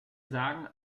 sagen